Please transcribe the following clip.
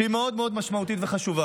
שהיא מאוד מאוד משמעותית וחשובה,